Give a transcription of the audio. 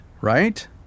right